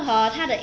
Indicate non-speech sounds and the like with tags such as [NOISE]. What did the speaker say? [NOISE]